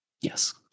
Yes